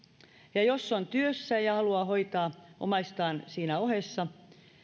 ja jos on työssä ja haluaa hoitaa omaistaan siinä ohessa